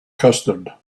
custard